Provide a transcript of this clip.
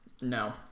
No